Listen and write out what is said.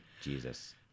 Jesus